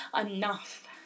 enough